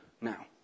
now